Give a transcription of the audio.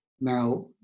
Now